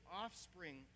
offspring